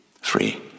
Free